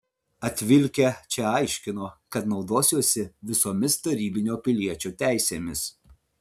atvilkę čia aiškino kad naudosiuosi visomis tarybinio piliečio teisėmis